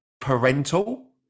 parental